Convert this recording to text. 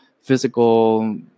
physical